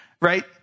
right